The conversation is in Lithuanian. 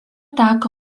teka